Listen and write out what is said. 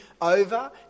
over